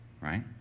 right